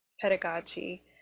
pedagogy